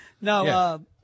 No